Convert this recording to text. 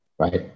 Right